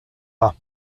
pas